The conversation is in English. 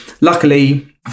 Luckily